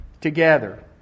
together